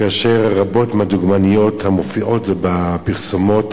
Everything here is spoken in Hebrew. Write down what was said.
כאשר רבות מהדוגמניות המופיעות בפרסומות